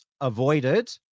avoided